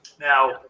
Now